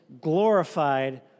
glorified